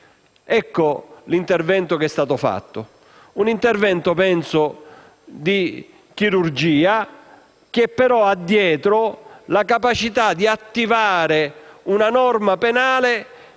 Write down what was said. Ecco l'intervento che è stato fatto: un intervento di chirurgia cui è sottesa la capacità di attivare una norma penale